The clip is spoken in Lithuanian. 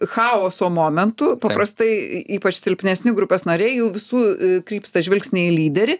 chaoso momentu paprastai ypač silpnesnių grupės nariai jų visų krypsta žvilgsniai į lyderį